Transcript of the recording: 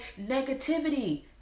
negativity